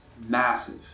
Massive